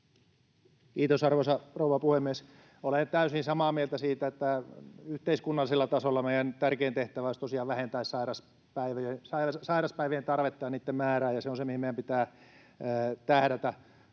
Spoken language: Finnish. Kiitos, arvoisa rouva puhemies! Olen täysin samaa mieltä siitä, että yhteiskunnallisella tasolla meidän tärkein tehtävämme olisi tosiaan vähentää sairauspäivien tarvetta ja niitten määrää. Se on se, mihin meidän pitää tähdätä.